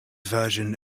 version